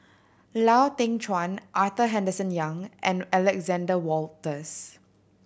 Lau Teng Chuan Arthur Henderson Young and Alexander Wolters